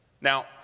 Now